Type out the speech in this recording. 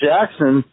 Jackson